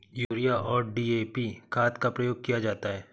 urea और DAP खाद का प्रयोग किया जाता है